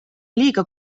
liiga